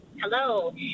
Hello